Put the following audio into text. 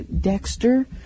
Dexter